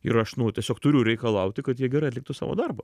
ir aš nu tiesiog turiu reikalauti kad ji gerai atliktų savo darbą